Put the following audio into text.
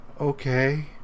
Okay